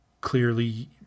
clearly